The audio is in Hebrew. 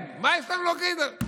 חבר הכנסת פרוש.